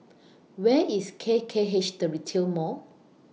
Where IS K K H The Retail Mall